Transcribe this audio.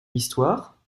histoire